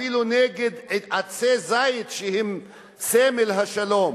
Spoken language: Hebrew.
אפילו נגד עצי זית, שהם סמל השלום.